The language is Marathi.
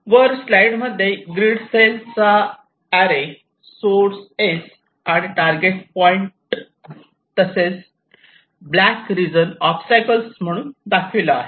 वर स्लाईड मध्ये ग्रीड सेल चा हा अॅरे सोर्स S आणि टारगेट पॉईंट तसेच ब्लॅक रिजन ओबस्टॅकल्स म्हणून दाखविला आहे